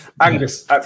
Angus